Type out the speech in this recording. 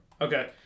Okay